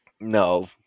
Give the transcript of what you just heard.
No